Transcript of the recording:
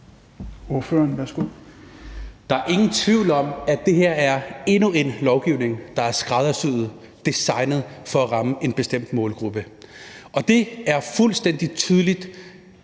Der er ingen tvivl om, at det her er endnu en lovgivning, der er skræddersyet og designet til at ramme en bestemt målgruppe. Det er fuldstændig tydeligt.